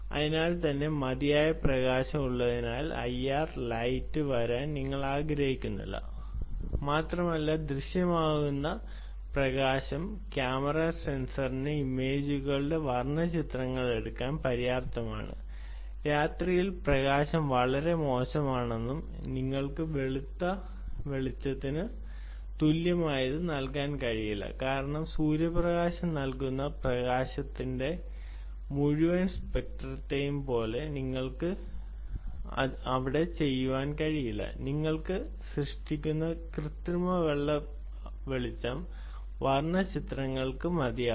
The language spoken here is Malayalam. ഇതിനകം തന്നെ മതിയായ പ്രകാശം ഉള്ളതിനാൽ ഐആർ ലൈറ്റ് വരാൻ നിങ്ങൾ ആഗ്രഹിക്കുന്നില്ല മാത്രമല്ല ദൃശ്യമാകുന്ന പ്രകാശം ക്യാമറ സെൻസറിന് ഇമേജുകളുടെ വർണ്ണ ചിത്രങ്ങൾ എടുക്കാൻ പര്യാപ്തമാണ് രാത്രിയിൽ പ്രകാശം വളരെ മോശമാണെന്നും നിങ്ങൾക്ക് വെളുത്ത വെളിച്ചത്തിന് തുല്യമായത് നൽകാൻ കഴിയില്ല കാരണം സൂര്യപ്രകാശം നൽകുന്ന പ്രകാശത്തിന്റെ മുഴുവൻ സ്പെക്ട്രത്തെയും പോലെ നിങ്ങൾക്ക് ചെയ്യാൻ കഴിയില്ല നിങ്ങൾ സൃഷ്ടിക്കുന്ന കൃത്രിമ വെളുത്ത വെളിച്ചം വർണ്ണ ചിത്രങ്ങൾക്ക് മതിയാകും